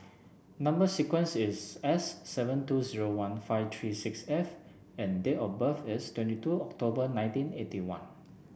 number sequence is S seven two zero one five three six F and date of birth is twenty two October nineteen eighty one